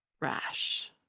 rash